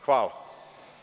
Hvala.